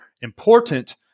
important